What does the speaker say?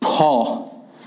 Paul